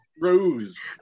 rose